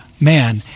man